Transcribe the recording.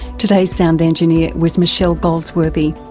today's sound engineer was michelle goldsworthy.